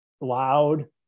loud